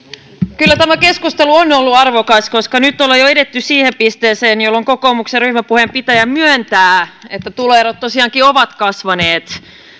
kyllä tämä keskustelu on ollut arvokas koska nyt on edetty jo siihen pisteeseen että kokoomuksen ryhmäpuheenpitäjä myöntää että tuloerot tosiaankin ovat kasvaneet